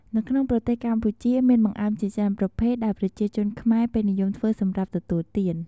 នៅក្នុងប្រទេសសកម្ពុជា មានបង្អែមជាច្រើនប្រភេទដែលប្រជាជនខ្មែរពេញនិយមធ្វើសម្រាប់ទទួលទាន។